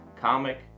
comic